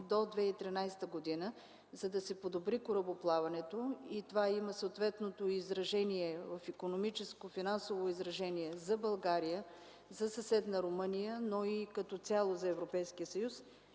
до 2013 г., за да се подобри корабоплаването, което има съответното финансово и икономическо изражение за България, за съседна Румъния и като цяло за Европейски съюз,